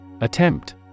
Attempt